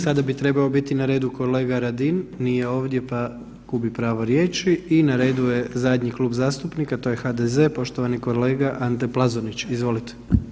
Sada bi trebao biti na redu kolega Radin, nije ovdje pa gubi pravo riječi i na redu je zadnji klub zastupnika, to je HDZ, poštovani kolega Ante Plazonić, izvolite.